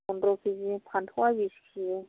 पन्द्र केजि फान्थावआ बिस केजि